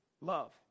love